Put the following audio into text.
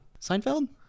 Seinfeld